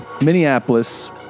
Minneapolis